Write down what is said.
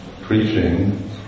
preaching